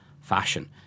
fashion